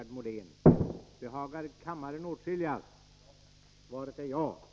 Jag är ledsen för det.